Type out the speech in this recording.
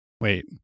Wait